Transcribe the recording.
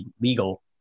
legal